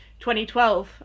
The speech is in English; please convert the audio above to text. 2012